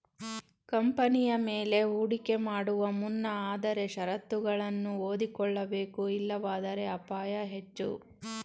ಕಂಪನಿಯ ಮೇಲೆ ಹೂಡಿಕೆ ಮಾಡುವ ಮುನ್ನ ಆದರೆ ಶರತ್ತುಗಳನ್ನು ಓದಿಕೊಳ್ಳಬೇಕು ಇಲ್ಲವಾದರೆ ಅಪಾಯ ಹೆಚ್ಚು